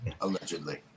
allegedly